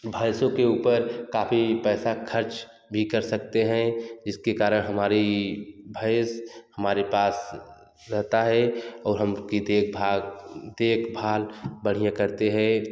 भैंसों के ऊपर काफी पैसा खर्च भी कर सकते हैं जिसके कारण हमारी भैंस हमारे पास रहती है और हम की देखभाल देखभाल बढ़िया करते हैं